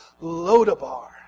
Lodabar